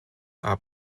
are